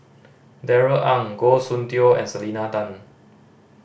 Darrell Ang Goh Soon Tioe and Selena Tan